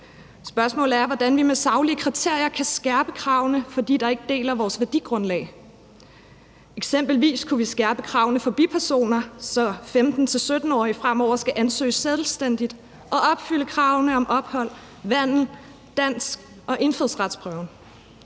Spørgsmålet er, hvordan vi med saglige kriterier kan skærpe kravene for dem, der ikke deler vores værdigrundlag. Eksempelvis kunne vi skærpe kravene for bipersoner, så 15-17-årige fremover skal ansøge selvstændigt og opfylde kravene om ophold, vandel, dansk og i indfødsretsprøven.